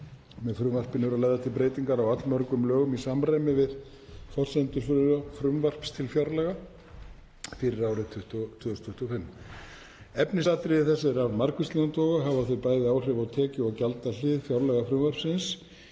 Með frumvarpinu eru lagðar til breytingar á allmörgum lögum í samræmi við forsendur frumvarps til fjárlaga fyrir árið 2025. Efnisatriði þess eru af margvíslegum toga og hafa þau bæði áhrif á tekju- og gjaldahlið fjárlagafrumvarpsins.